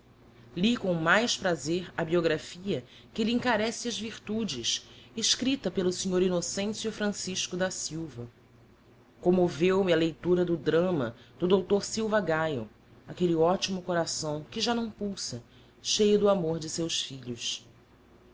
li com mais prazer a biographia que lhe encarece as virtudes escripta pelo snr innocencio francisco da silva commoveu me a leitura do drama do doutor silva gayo aquelle optimo coração que já não pulsa cheio do amor de seus filhos